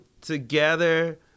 together